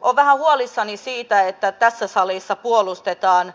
olen vähän huolissani siitä että tässä salissa puolustetaan